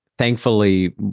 Thankfully